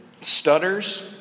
stutters